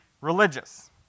religious